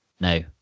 no